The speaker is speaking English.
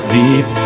deep